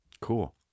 Cool